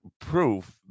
proof